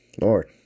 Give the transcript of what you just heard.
Lord